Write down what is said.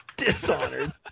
Dishonored